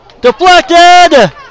Deflected